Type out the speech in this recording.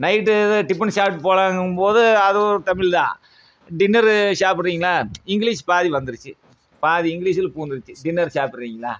night tiffin சாப்பிட்டு போலாங்கும்போது அது ஒரு தமிழ்தான் டின்னரு சாப்பிட்றீங்ளா இங்லீஷ் பாதி வந்துருச்சு பாதி இங்லீஷிலே பூந்துருச்சு டின்னர் சாப்பிட்றீங்ளா